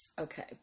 Okay